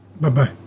Bye-bye